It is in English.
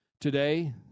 Today